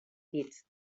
dits